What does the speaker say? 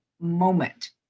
moment